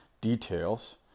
details